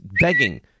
begging